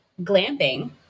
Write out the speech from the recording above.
Glamping